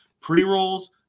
pre-rolls